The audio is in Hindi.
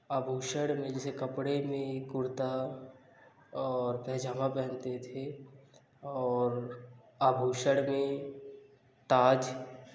आभूषण में जैसे कपड़े में कुर्ता और पैजामा पहनते थे और आभूषण में ताज